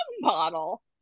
bottle